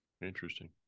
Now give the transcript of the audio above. Interesting